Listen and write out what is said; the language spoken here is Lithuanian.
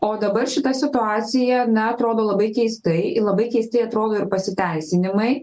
o dabar šita situacija na atrodo labai keistai i labai keistai atrodo ir pasiteisinimai